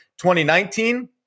2019